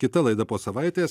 kita laida po savaitės